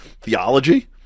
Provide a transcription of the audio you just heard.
theology